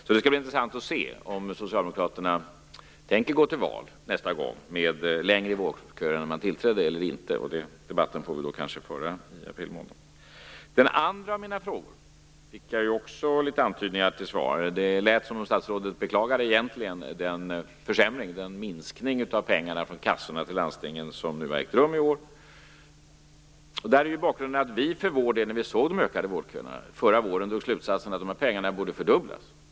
Det skall bli intressant att se om Socialdemokraterna tänker gå till val nästa gång med längre vårdköer än när man tillträdde eller inte. Den debatten får vi kanske föra i april månad. När det gäller den andra av mina frågor fick jag också en antydan till svar. Det lät som om statsrådet egentligen beklagade försämringen, minskningen av pengarna från kassorna till landstingen, som har ägt rum i år. När vi såg de ökade vårdköerna förra våren drog vi slutsatsen att dessa pengar borde fördubblas.